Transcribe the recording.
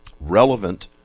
Relevant